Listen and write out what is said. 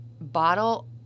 bottle